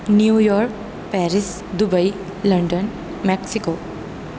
new York Paris Dubai London Mexico